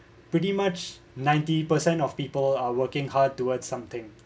pretty much ninety percent of people are working hard towards something